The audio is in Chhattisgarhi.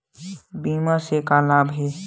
बीमा से का लाभ हे?